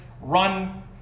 run